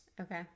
Okay